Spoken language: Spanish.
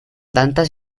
tantas